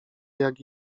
jak